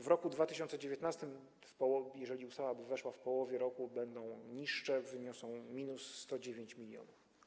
W roku 2019, jeżeli ustawa by weszła w połowie roku, będą niższe i wyniosą minus 109 mln.